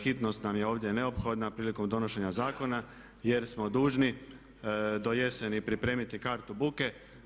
Hitnost nam je ovdje neophodna prilikom donošenja zakona jer smo dužni do jeseni pripremiti Kartu buku.